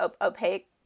opaque